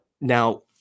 Now